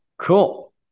Cool